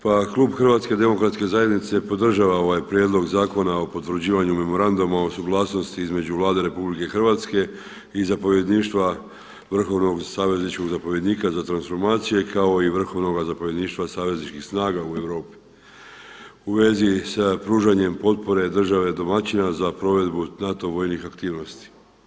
Pa klub Hrvatske demokratske zajednice podržava ovaj Prijedlog zakona o potvrđivanju Memoranduma o suglasnosti između Vlade RH i zapovjedništva vrhovnog savezničkog zapovjednika za transformacije kao i vrhovnoga zapovjedništva savezničkih snaga u Europi u vezi sa pružanjem potpore države domaćina za provedbu NATO vojnih aktivnosti.